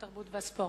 התרבות והספורט,